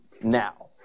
now